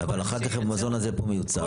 אבל אחר כך המזון הזה פה מיוצר.